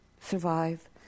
survive